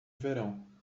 verão